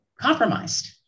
compromised